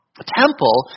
temple